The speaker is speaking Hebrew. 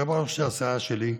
יושב-ראש הסיעה שלי,